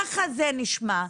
ככה זה נשמע.